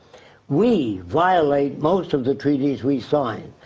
we violate most of the treaties we sign,